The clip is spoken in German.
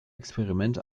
experiment